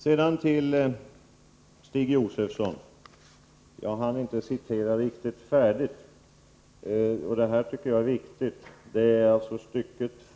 Sedan till Stig Josefson. Jag hann inte citera riktigt färdigt. Det är emellertid viktigt att göra det.